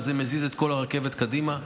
וזה מזיז את כל הרכבת קדימה.